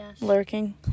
lurking